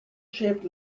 shaped